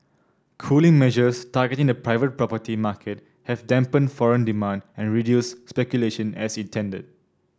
cooling measures targeting the private property market have dampened foreign demand and reduced speculation as intended